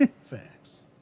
Facts